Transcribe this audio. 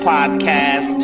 Podcast